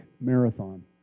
marathon